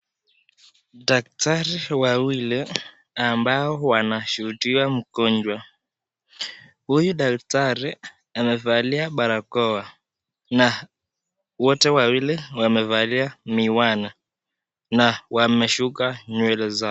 Daktari wawili, ambao wanashuhudia mgonjwa. Huyu daktari, amevalia barakoa, na wote wawili wamevalia miwani na wameshuka nywele zao.